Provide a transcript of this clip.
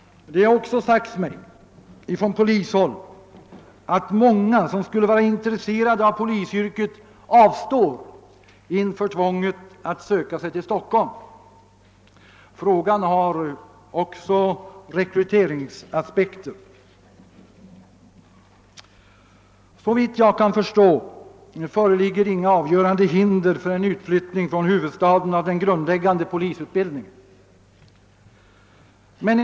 Det har också sagts mig från polishåll att många som skulle vara intresserade av polisyrket avstår inför tvånget att söka sig till Stockholm. Frågan har alltså även en rekryteringsaspekt. Såvitt jag kan förstå föreligger inget avgörande hinder för en utflyttning från huvudstaden av den grundläggande polisutbildningen.